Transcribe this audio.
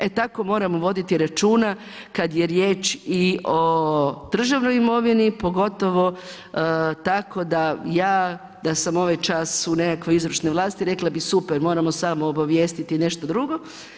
E tako moramo voditi računa kada je riječ o državnoj imovini, pogotovo tako da, ja da sam ovaj čas u nekakvoj izvršnoj vlasti rekla bih super, moramo samo obavijestiti nešto drugo.